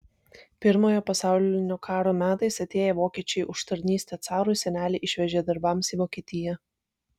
pirmojo pasaulinio karo metais atėję vokiečiai už tarnystę carui senelį išvežė darbams į vokietiją